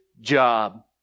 job